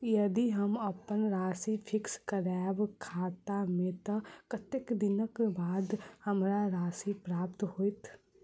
यदि हम अप्पन राशि फिक्स करबै खाता मे तऽ कत्तेक दिनक बाद हमरा राशि प्राप्त होइत?